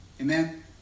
Amen